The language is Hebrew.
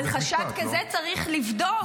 אבל חשד כזה צריך לבדוק.